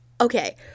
Okay